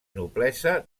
noblesa